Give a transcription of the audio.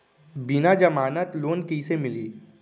बिना जमानत लोन कइसे मिलही?